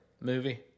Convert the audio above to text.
movie